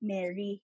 Mary